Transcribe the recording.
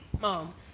Mom